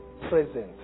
present